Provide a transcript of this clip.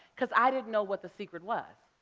because i didn't know what the secret was.